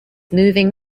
moving